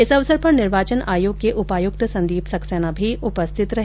इस अवसर पर निर्वाचन आयोग के उपायुक्त संदीप सक्सेना भी उपस्थित रहे